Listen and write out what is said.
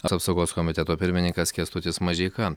apsaugos komiteto pirmininkas kęstutis mažeika